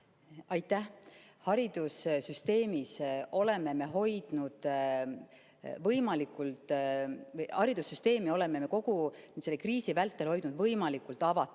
Aitäh! Haridussüsteemi oleme me kogu selle kriisi vältel hoidnud võimalikult avatuna.